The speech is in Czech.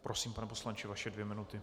Prosím, pane poslanče, vaše dvě minuty.